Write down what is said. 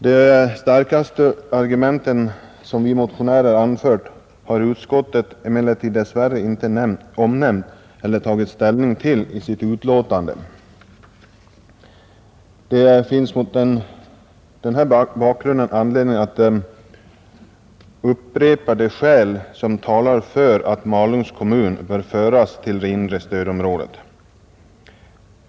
De starkaste argument som vi motionärer anfört har utskottet emellertid dess värre inte omnämnt eller tagit ställning till i sitt betänkande. Det finns mot den här bakgrunden anledning att upprepa de skäl som talar för att Malungs kommun bör föras till det inre stödområdet.